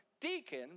deacon